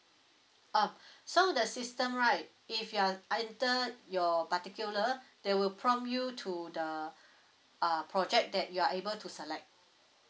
uh so the system right if you are either your particular they will prompt you to the uh project that you are able to select